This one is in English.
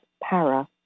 Para